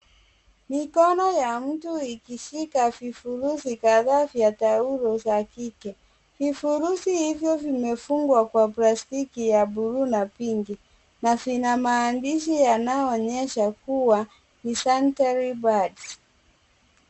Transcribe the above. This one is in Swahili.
Mikono ya mtu ikishika vifurushi kadhaa vya taulo ya kike. Vifurushi hivyo vimefungwa kwa plastiki ya buluu na pinki na vina maandishi yanayoonyesha kuwa ni sanitary pads .